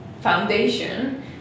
foundation